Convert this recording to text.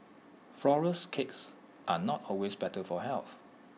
Flourless Cakes are not always better for health